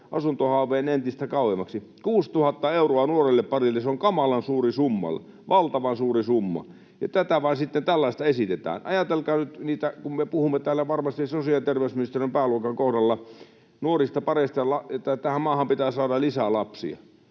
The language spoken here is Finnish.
asuntohaaveen entistä kauemmaksi. 6 000 euroa on nuorelle parille kamalan suuri summa, valtavan suuri summa, ja tätä vain sitten tällaista esitetään. Ajatelkaa nyt: kun me puhumme täällä varmasti sosiaali- ja terveysministeriön pääluokan kohdalla nuorista pareista ja siitä, että tähän maahan pitää saada lisää lapsia,